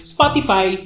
Spotify